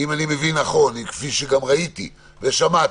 מבין נכון, וכפי שגם ראיתי ושמעתי,